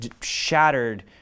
shattered